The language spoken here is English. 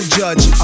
judge